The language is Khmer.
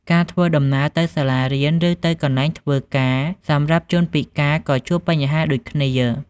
ការធ្វើដំណើរទៅសាលារៀន ឬទៅកន្លែងធ្វើការសម្រាប់ជនពិការក៏ជួបបញ្ហាដូចគ្នា។